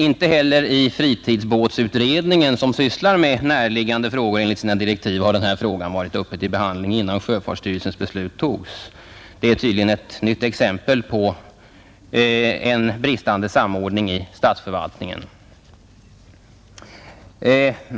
Inte heller i fritidsbåtsutredningen som sysslar med näraliggande frågor enligt sina direktiv var denna fråga uppe till behandling innan sjöfartsstyrelsens beslut togs. Det är tydligen ett nytt exempel på en bristande samordning i statsförvaltningen.